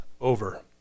over